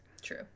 True